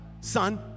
son